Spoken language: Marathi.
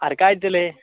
आर कायतले